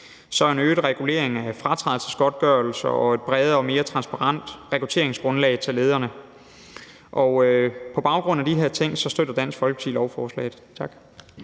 en øget regulering af fratrædelsesgodtgørelser og et bredere og mere transparent rekrutteringsgrundlag i forhold til rekruttering af ledere. På baggrund af de her ting støtter Dansk Folkeparti lovforslaget. Tak.